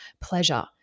pleasure